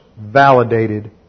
validated